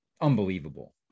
unbelievable